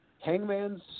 Hangman's